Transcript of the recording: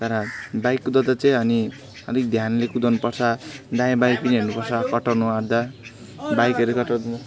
तर बाइक कुदाउँदा चाहिँ अनि अलिक ध्यानले कुदाउनु पर्छ दायाँबायाँ पनि हेर्नु पर्छ कटाउनु आँट्दा बाइकहरू कटाउँदा